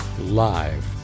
live